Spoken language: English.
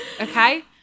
Okay